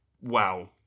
Wow